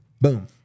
Boom